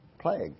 plague